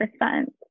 percent